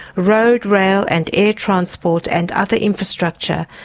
road, rail and air transport and other infrastructure,